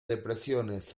depresiones